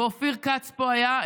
ואופיר כץ היה,